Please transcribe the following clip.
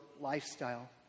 lifestyle